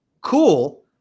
Cool